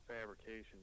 fabrication